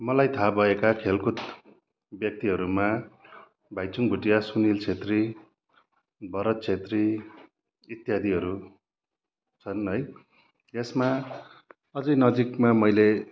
मलाई थाहा भएका खेलकुद व्यक्तिहरूमा भाइचुङ भुटिया सुनील छेत्री भरत छेत्री इत्यादिहरू छन् है यसमा अझै नजिकमा मैले